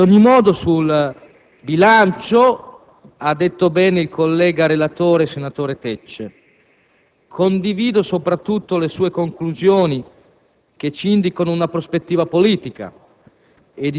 Ad ogni modo, sul bilancio ha detto bene il collega relatore senatore Tecce; condivido soprattutto le sue conclusioni, che ci indicano una prospettiva politica